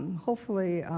hopefully,